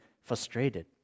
frustrated